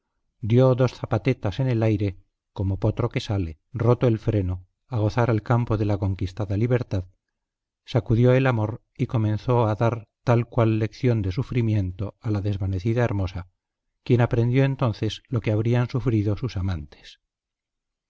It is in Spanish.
dio dos zapatetas en el aire como potro que sale roto el freno a gozar al campo de la conquistada libertad sacudió el amor y comenzó a dar tal cual lección de sufrimiento a la desvanecida hermosa quien aprendió entonces lo que habrían sufrido sus amantes